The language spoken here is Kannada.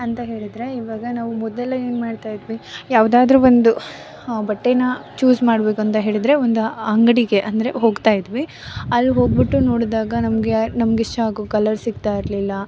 ಅಂತ ಹೇಳಿದರೆ ಈವಾಗ ನಾವು ಮೊದಲೇನು ಮಾಡ್ತಾಯಿದ್ವಿ ಯಾವ್ದಾದ್ರು ಒಂದು ಬಟ್ಟೆನ ಚೂಸ್ ಮಾಡಬೇಕಂತ ಹೇಳಿದರೆ ಒಂದು ಅಂಗಡಿಗೆ ಅಂದರೆ ಹೋಗ್ತಾಯಿದ್ವಿ ಅಲ್ಲಿ ಹೋಗಿಬಿಟ್ಟು ನೋಡಿದಾಗ ನಮಗೆ ನಮ್ಗೆ ಇಷ್ಟ ಆಗೋ ಕಲರ್ಸ್ ಸಿಗ್ತಾಯಿರಲಿಲ್ಲ